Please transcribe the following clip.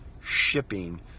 shipping